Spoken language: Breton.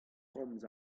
komz